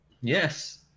yes